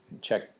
Check